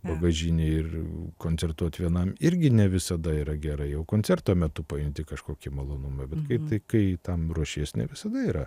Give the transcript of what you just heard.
bagažinėj ir koncertuot vienam irgi ne visada yra gerai o koncerto metu pajunti kažkokį malonumą bet kai tai tam ruošies ne visada yra